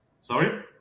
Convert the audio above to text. sorry